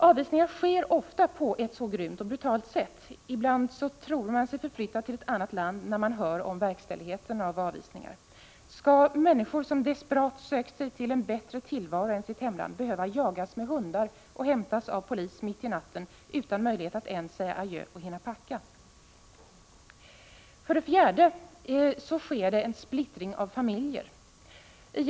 Avvisningar sker ofta på ett så grymt och brutalt sätt. Ibland tror man sig förflyttad till ett annat land, när man hör om verkställigheten av avvisningar. Skall människor, som desperat sökt sig till en bättre tillvaro i ett annat land än sitt hemland, behöva jagas med hundar och hämtas av polis mitt i natten, utan möjlighet att ens säga adjö och hinna packa? För det fjärde sker det en splittring av familjer.